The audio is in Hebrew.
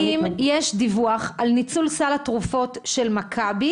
האם יש דיווח על ניצול סל התרופות של מכבי